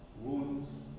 Wounds